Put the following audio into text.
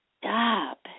stop